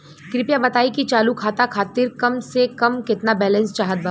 कृपया बताई कि चालू खाता खातिर कम से कम केतना बैलैंस चाहत बा